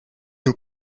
nous